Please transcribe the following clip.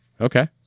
Okay